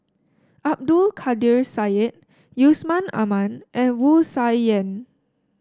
Abdul Kadir Syed Yusman Aman and Wu Tsai Yen